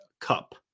Cup